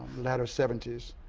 latter seventy s,